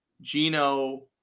gino